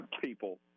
people